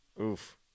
Oof